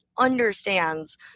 understands